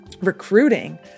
recruiting